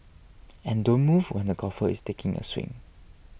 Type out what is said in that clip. and don't move when the golfer is taking a swing